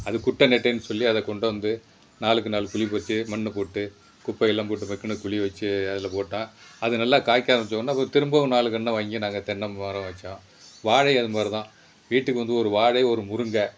அது குட்டை நெட்டைன்னு சொல்லி அதை கொண்டு வந்து நாலுக்கு நாலு குழி பறித்து மண் போட்டு குப்பையெல்லாம் போட்டு மக்கின குழி வச்சு அதில் போட்டால் அது நல்லா காய்க்க ஆரம்பித்தவொன்னே இப்போ ஒரு திரும்பவும் நாலு கன்றை வாங்கி நாங்கள் தென்னைமரம் வைச்சோம் வாழையும் அதுமாதிரிதான் வீட்டுக்கு வந்து ஒரு வாழை ஒரு முருங்கை